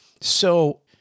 So-